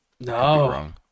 No